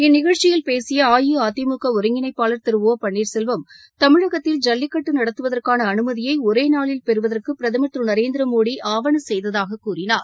இந்நிகழ்ச்சியில் பேசிய அஇஅதிமுக ஒருங்கிணைப்பாளர் திரு ஒ பள்ளீர்செல்வம் தமிழகத்தில் ஜல்லிக்கட்டு நடத்துவதற்காள அனுமதியை ஒரோளில் பெறுவதற்கு பிரதமர் திரு நரேந்திர மோடி ஆவணசெய்ததாக கூறினார்